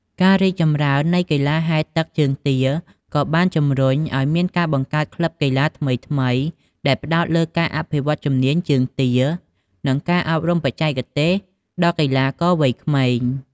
ការរីកចម្រើននៃកីឡាហែលទឹកជើងទាក៏បានជម្រុញឲ្យមានការបង្កើតក្លឹបកីឡាថ្មីៗ ដែលផ្តោតលើការអភិវឌ្ឍជំនាញជើងទា និងការអប់រំបច្ចេកទេសដល់កីឡាករវ័យក្មេង។